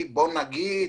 טכנולוגי,